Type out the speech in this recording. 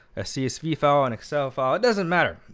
a csv file, and excel file, it doesn't matter.